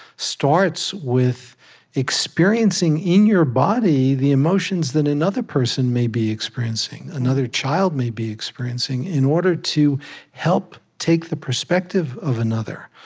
starts with experiencing in your body the emotions that another person may be experiencing, another child may be experiencing, in order to help take the perspective of another.